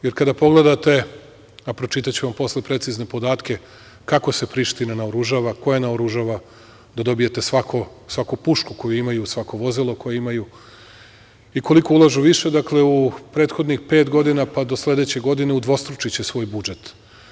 Jer, kad pogledate, a pročitaću vam posle precizne podatke kako se Priština naoružava, ko je naoružava, da dobijete svaku pušku koju imaju, svako vozilo koje imaju i koliko ulažu više, dakle, u prethodnih pet godina pa do sledeće godine udvostručiće svoj budžet.